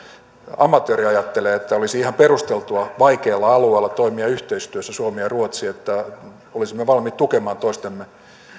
amatööri ajattelee että olisi ihan perusteltua vaikealla alueella toimia yhteistyössä suomi ja ruotsi että olisimme valmiit tukemaan toistemme